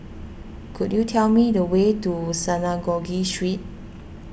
could you tell me the way to Synagogue Street